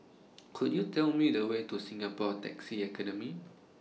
Could YOU Tell Me The Way to Singapore Taxi Academy